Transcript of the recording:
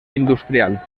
industrial